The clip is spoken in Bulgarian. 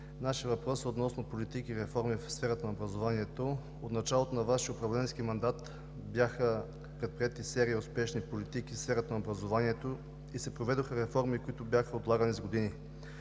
Нашият въпрос е относно политики и реформи в сферата на образованието. От началото на Вашия управленски мандат бяха предприети серия успешни политики в сферата на образованието и се проведоха реформи, които бяха отлагани с години.